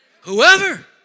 Whoever